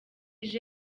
ije